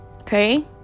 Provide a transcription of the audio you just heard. okay